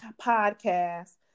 podcast